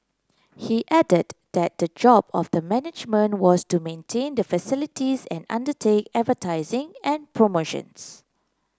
he added that that the job of the management was to maintain the facilities and undertake advertising and promotions